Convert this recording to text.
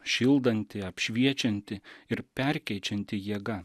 šildanti apšviečianti ir perkeičianti jėga